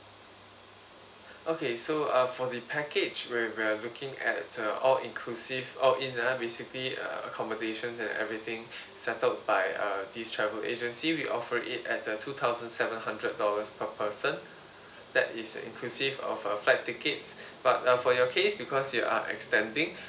okay so uh for the package where we're looking at uh all inclusive all in ah basically uh accommodations and everything settled by uh this travel agency we offer it at the two thousand seven hundred dollars per person that is inclusive of uh flight tickets but uh for your case because you are extending